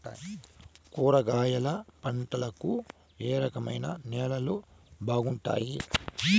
కూరగాయల పంటలకు ఏ రకం నేలలు బాగుంటాయి?